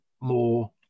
more